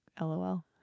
LOL